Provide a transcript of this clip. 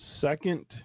second